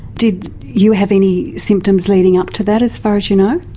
did you have any symptoms leading up to that as far as you know?